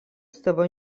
savo